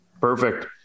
Perfect